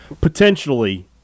Potentially